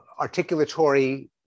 articulatory